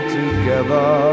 together